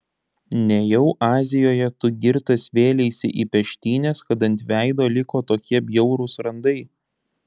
nejau azijoje tu girtas vėleisi į peštynes kad ant veido liko tokie bjaurūs randai